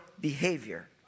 behavior